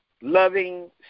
loving